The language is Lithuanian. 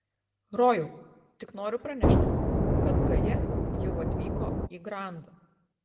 rojau tik noriu pranešti kad gaja jau atvyko į grand